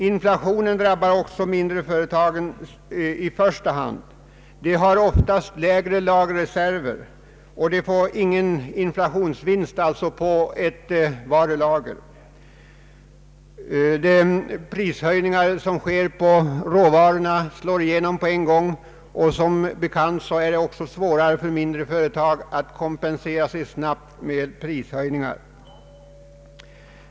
Inflationen drabbar också mindre företag i första hand. De har oftast mindre lagerreserver, och de får ingen inflationsvinst på sina varulager. De prishöjningar som sker när det gäller råvaror slår igenom på en gång, och det är som bekant också svårare för mindre företag att kompensera sig snabbt med prishöjningar.